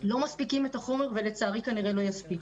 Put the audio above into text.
לא מספיקים את החומר ולצערי כנראה גם לא יספיקו.